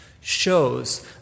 shows